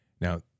Now